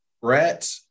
Brett